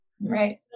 Right